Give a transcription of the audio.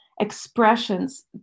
expressions